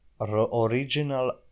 Original